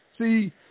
see